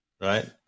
right